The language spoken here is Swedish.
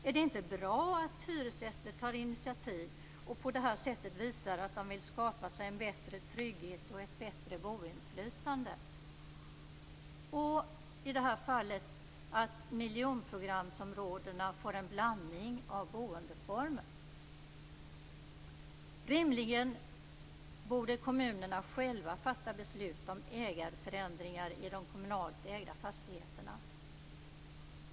Är det inte bra att hyresgäster tar initiativ och på det här sättet visar att de vill skapa sig en bättre trygghet och ett bättre boendeinflytande och att i detta fall miljonprogramsområden får en blandning av boendeformer? Rimligen borde kommunerna själva fatta beslut om ägarförändringar i de kommunalt ägda fastigheterna.